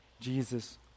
Jesus